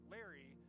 Larry